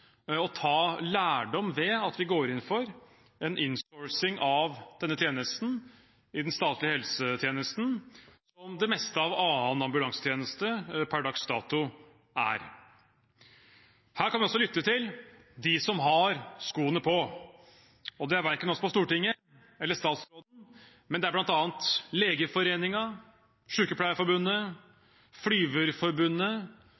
ta lærdom ved at vi går inn for en «insourcing» av denne tjenesten i den statlige helsetjenesten, der det meste av annen ambulansetjeneste per dags dato er. Her kan vi altså lytte til dem som har skoene på, og det er verken oss på Stortinget eller statsråden, men det er